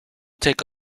take